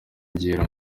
byera